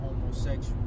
homosexual